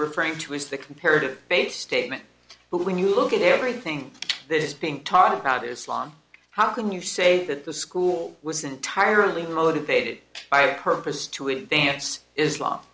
referring to is the comparative basis statement but when you look at everything that is being talked about islam how can you say that the school was entirely motivated by a purpose to advance islam